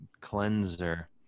cleanser